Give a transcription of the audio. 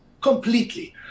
completely